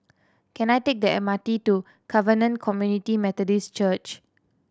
can I take the M R T to Covenant Community Methodist Church